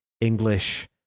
English